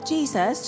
Jesus